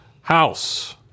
house